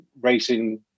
racing